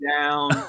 down